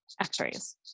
x-rays